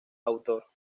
autor